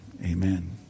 Amen